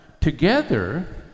together